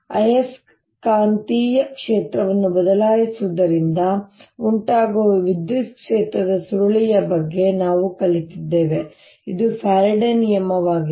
ಆಯಸ್ಕಾಂತೀಯ ಕ್ಷೇತ್ರವನ್ನು ಬದಲಾಯಿಸುವುದರಿಂದ ಉಂಟಾಗುವ ವಿದ್ಯುತ್ ಕ್ಷೇತ್ರದ ಸುರುಳಿಯ ಬಗ್ಗೆ ನಾವು ಕಲಿತಿದ್ದೇವೆ ಇದು ಫ್ಯಾರಡೆ ನಿಯಮವಾಗಿದೆ